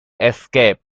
escape